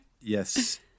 yes